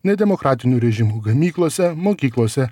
nedemokratinių režimų gamyklose mokyklose